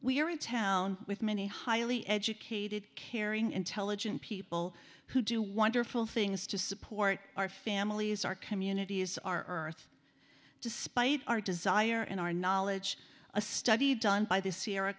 we're a town with many highly educated caring intelligent people who do wonderful things to support our families our communities our earth despite our desire and our knowledge a study done by the sierra